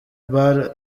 bar